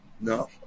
No